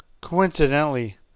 Coincidentally